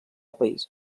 país